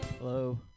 Hello